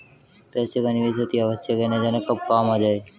पैसे का निवेश अतिआवश्यक है, न जाने कब काम आ जाए